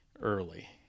Early